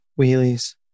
wheelies